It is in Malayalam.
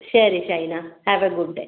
ശരി Shaina have a good day